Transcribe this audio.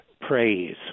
praise